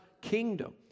kingdom